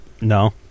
no